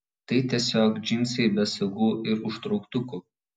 tai tiesiog džinsai be sagų ir užtrauktukų